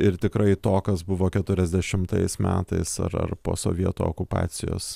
ir tikrai to kas buvo keturiasdešimtais metais ar ar po sovietų okupacijos